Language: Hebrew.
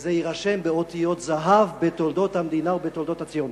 וזה יירשם באותיות זהב בתולדות המדינה ובתולדות הציונות.